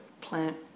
plant